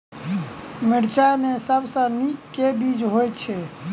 मिर्चा मे सबसँ नीक केँ बीज होइत छै?